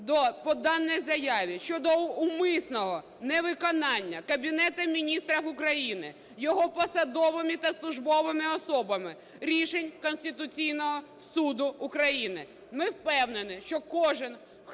по даній заяві щодо умисного невиконання Кабінетом Міністрів України, його посадовими та службовими особами рішень Конституційного Суду України. Ми впевнені, що кожен, хто